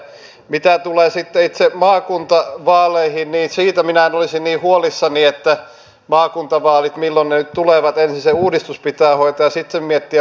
mitä tulee sitten itse maakuntavaaleihin niin siitä minä en olisi niin huolissani että milloin maakuntavaalit nyt tulevat ensin pitää hoitaa se uudistus ja sitten miettiä vaaleja